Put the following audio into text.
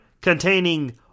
containing